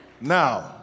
Now